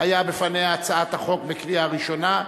היתה בפניה הצעת החוק לקריאה ראשונה,